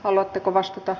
haluatteko vastata